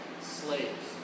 slaves